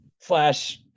Flash